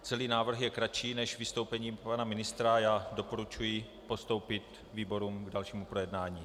Celý návrh je kratší než vystoupení pana ministra a já ho doporučuji postoupit výborům k dalšímu projednání.